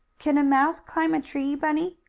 can a mouse climb a tree, bunny?